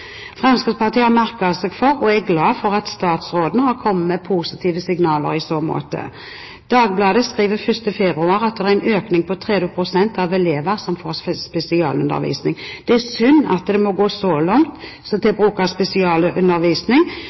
har merket seg og er glad for at statsråden har kommet med positive signaler i så måte. Dagbladet skriver 1. februar i år at de siste fem årene har antallet elever som får spesialundervisning, økt med over 30 pst. Det er synd at det må gå så langt som til bruk av spesialundervisning.